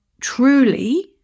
truly